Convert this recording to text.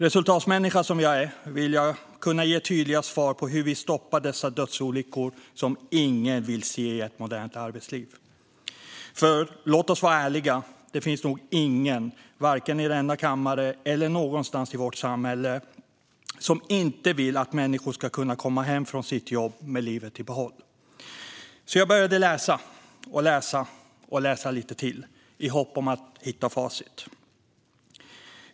Resultatmänniska som jag är vill jag kunna ge tydliga svar på hur vi stoppar dessa dödsolyckor, som ingen vill se i ett modernt arbetsliv. För låt oss vara ärliga: Det finns nog ingen, varken i denna kammare eller någonstans i vårt samhälle, som inte vill att människor ska kunna komma hem från sitt jobb med livet i behåll. Så jag började läsa, och läsa, och läsa lite till, i hopp om att hitta facit.